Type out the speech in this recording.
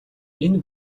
энэ